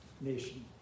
nation